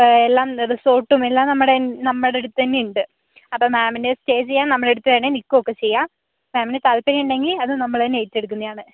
ഇപ്പം എല്ലാം റിസോർട്ടും എല്ലാം നമ്മടേയ് നമ്മടടുത്തു തന്നെ ഉണ്ട് അപ്പം മാമിന് സ്റ്റേ ചെയ്യാൻ നമ്മടടുത്ത് തന്നെ നിക്കുവൊക്കെ ചെയ്യാം മാമിന് താത്പര്യമുണ്ടെങ്കിൽ അതും നമ്മള് തന്നെ ഏറ്റെടുക്കുന്നതാണ്